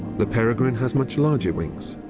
the peregrine has much larger wings,